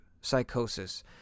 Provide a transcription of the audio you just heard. psychosis